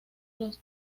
los